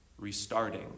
restarting